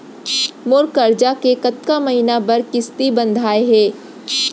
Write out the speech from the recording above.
मोर करजा के कतका महीना बर किस्ती बंधाये हे?